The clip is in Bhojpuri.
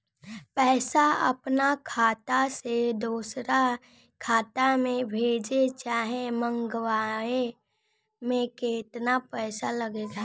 पैसा अपना खाता से दोसरा खाता मे भेजे चाहे मंगवावे में केतना पैसा लागेला?